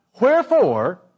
Wherefore